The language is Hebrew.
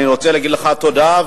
אני רוצה להגיד לך תודה,